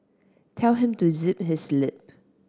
tell him to zip his lip